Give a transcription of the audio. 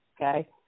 okay